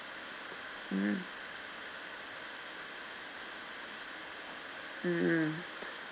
mm mm mm